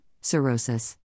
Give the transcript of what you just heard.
cirrhosis